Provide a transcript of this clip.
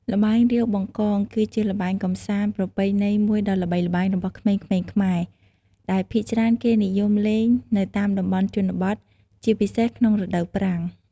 ល្បែងរាវបង្កង គឺជាល្បែងកម្សាន្តប្រពៃណីមួយដ៏ល្បីល្បាញរបស់ក្មេងៗខ្មែរ ដែលភាគច្រើនគេនិយមលេងនៅតាមតំបន់ជនបទ ជាពិសេសក្នុងរដូវប្រាំង។